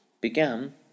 began